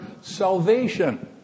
salvation